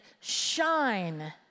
shine